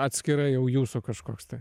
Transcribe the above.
atskirai jau jūsų kažkoks tai